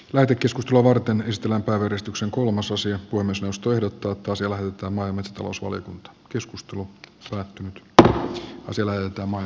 lähetekeskustelua varten ristillä porrastuksen kolmasosa ja kunnostustöiden pakkasella hyppää mainostulos oli nyt keskustelu sai puhemiesneuvosto ehdottaa että maan